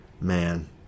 man